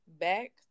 back